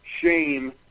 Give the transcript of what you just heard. shame